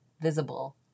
visible